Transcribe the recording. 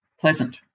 pleasant